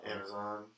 Amazon